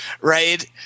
right